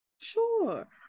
Sure